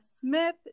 Smith